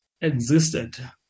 existed